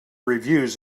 reviews